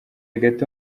gato